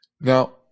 Now